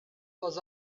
was